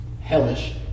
hellish